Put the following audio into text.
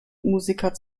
musiker